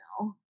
no